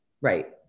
Right